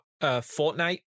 Fortnite